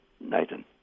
Nathan